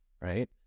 Right